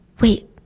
Wait